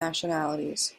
nationalities